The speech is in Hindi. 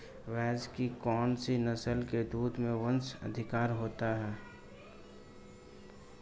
भैंस की कौनसी नस्ल के दूध में वसा अधिक होती है?